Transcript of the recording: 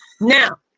Now